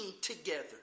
together